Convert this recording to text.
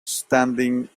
standing